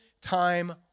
time